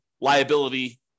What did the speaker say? liability